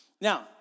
Now